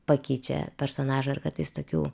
pakeičia personažą ir kartais tokių